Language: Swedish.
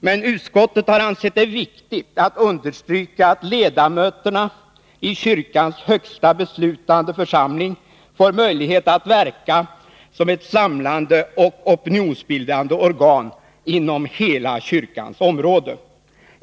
Men utskottet har ansett det viktigt att understryka att ledamöterna i kyrkans högsta beslutande församling får möjlighet att verka som ett samlande och opinionsbildande organ inom hela kyrkans område.